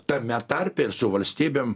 tame tarpe ir su valstybėm